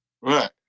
Right